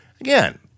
Again